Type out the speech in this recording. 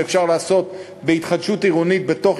שאפשר לעשות כהתחדשות עירונית בתוך